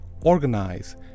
organize